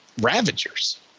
Ravagers